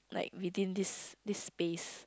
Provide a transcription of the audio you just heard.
like within this this space